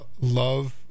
love